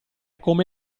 come